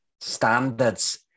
Standards